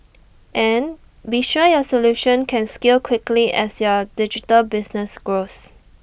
and be sure your solution can scale quickly as your digital business grows